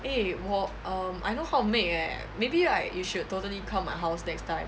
eh 我 um I know how to make eh maybe right you should totally come my house next time